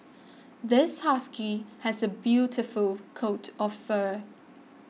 this husky has a beautiful coat of fur